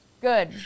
Good